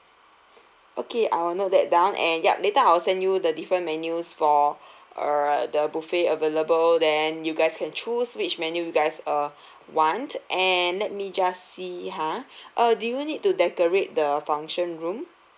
okay I'll note that down and yup later I will send you the different menus for err the buffet available then you guys can choose which menu you guys uh want and let me just see ha uh do you need to decorate the function room